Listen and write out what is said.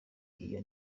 iyo